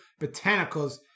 Botanicals